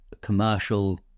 commercial